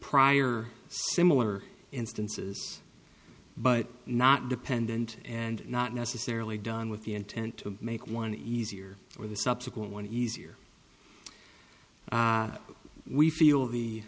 prior similar instances but not dependent and not necessarily done with the intent to make one easier or the subsequent one easier we feel the